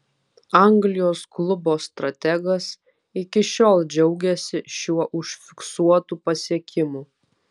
anglijos klubo strategas iki šiol džiaugiasi šiuo užfiksuotu pasiekimu